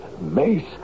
Mace